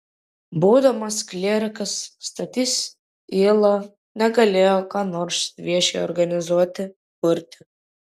būdamas klierikas stasys yla negalėjo ką nors viešai organizuoti kurti